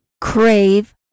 crave